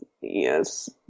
Yes